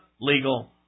legal